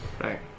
Right